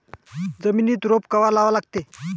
जमिनीत रोप कवा लागा लागते?